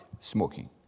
smoking